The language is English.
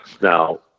Now